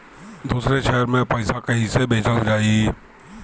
दूसरे शहर में पइसा कईसे भेजल जयी?